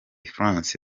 france